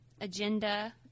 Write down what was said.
agenda